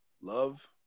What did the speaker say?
love